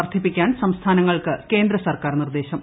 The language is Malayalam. വർദ്ധിപ്പിക്കാൻ സംസ്ഥാനങ്ങൾക്ക് ്കേന്ദ്രസർക്കാർ നിർദ്ദേശം